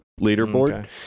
leaderboard